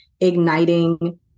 igniting